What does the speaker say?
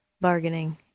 bargaining